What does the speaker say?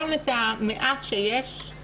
גם את המעט שיש,